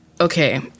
okay